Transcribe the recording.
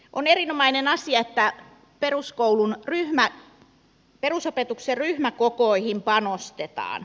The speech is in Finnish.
on erinomainen asia että perusopetuksen ryhmäkokoihin panostetaan